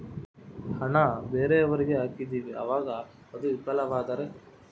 ಹಣ ಬೇರೆಯವರಿಗೆ ಹಾಕಿದಿವಿ ಅವಾಗ ಅದು ವಿಫಲವಾದರೆ?